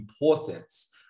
importance